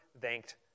thanked